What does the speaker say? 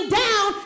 down